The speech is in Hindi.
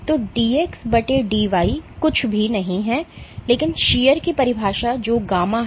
तो dxdy कुछ भी नहीं है लेकिन शीयर की परिभाषा जो γ है